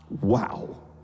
Wow